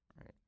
right